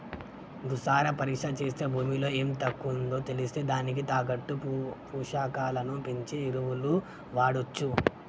భూసార పరీక్ష చేస్తే భూమిలో ఎం తక్కువుందో తెలిస్తే దానికి తగ్గట్టు పోషకాలను పెంచే ఎరువులు వాడొచ్చు